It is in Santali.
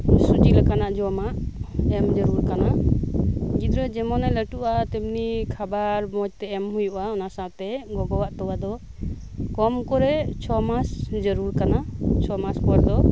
ᱥᱩᱡᱤ ᱞᱮᱠᱟᱱᱟᱜ ᱡᱚᱢᱟᱜ ᱮᱢ ᱡᱟᱨᱩᱲ ᱠᱟᱱᱟ ᱜᱚᱫᱽᱨᱟᱹ ᱡᱮᱢᱚᱱᱮ ᱞᱟᱴᱩᱜᱼᱟ ᱛᱮᱢᱱᱤ ᱠᱷᱟᱵᱟᱨ ᱢᱚᱸᱡᱽ ᱛᱮ ᱮᱢ ᱦᱳᱭᱳᱜᱼᱟ ᱥᱟᱶᱛᱮ ᱜᱚᱜᱚᱣᱟᱜ ᱛᱚᱣᱟ ᱫᱚ ᱠᱚᱢ ᱠᱚᱨᱮ ᱪᱷᱚ ᱢᱟᱥ ᱡᱟᱨᱩᱲ ᱠᱟᱱᱟ ᱪᱷᱚ ᱢᱟᱥ ᱯᱚᱨ ᱫᱚ